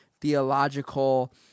theological